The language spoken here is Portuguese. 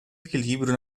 equilíbrio